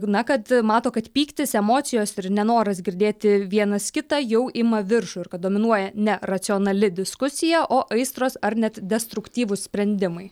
na kad mato kad pyktis emocijos ir nenoras girdėti vienas kitą jau ima viršų ir kad dominuoja ne racionali diskusija o aistros ar net destruktyvūs sprendimai